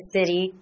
City